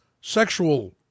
sexual